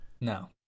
No